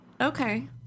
Okay